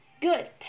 good